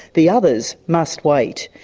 the others must wait.